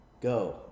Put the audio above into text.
go